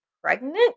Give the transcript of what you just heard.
pregnant